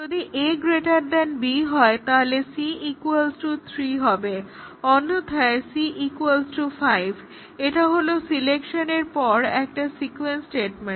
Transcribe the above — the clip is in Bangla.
যদি a b হয় তাহলে c 3 হবে অন্যথায় c 5 এবং এটা হলো সিলেকশন এর পর একটা সিকোয়েন্স স্টেটমেন্ট